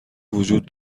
وجود